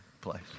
place